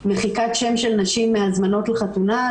מחיקת שם של נשים מהזמנות לחתונה,